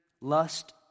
lust